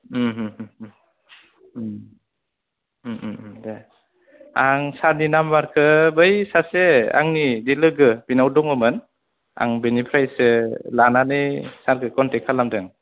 दे आं सारनि नाम्बारखो बै सासे आंनि जि लोगो बिनाव दङमोन आं बिनिफ्रायसो लानानै सारखो कनटेक खालामदों